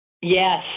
Yes